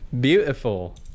Beautiful